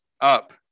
up